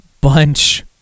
bunch